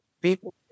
people